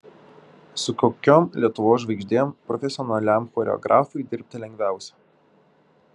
su kokiom lietuvos žvaigždėm profesionaliam choreografui dirbti lengviausia